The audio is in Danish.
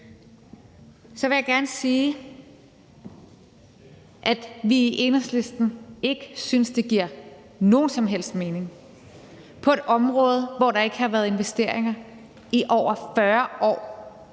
Så vil jeg gerne sige, at vi i Enhedslisten ikke synes, det giver nogen som helst mening på et område, hvor der ikke har været investeringer i over 40 år,